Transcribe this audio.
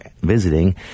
visiting